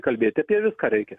kalbėti apie viską reikia